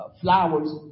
flowers